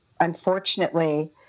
unfortunately